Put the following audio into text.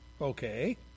okay